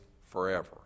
forever